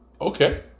okay